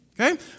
Okay